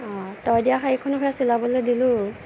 অঁ তই দিয়া শাড়ীখনো সেয়া চিলাবলৈ দিলোঁ